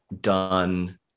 done